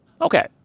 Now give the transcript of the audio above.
Okay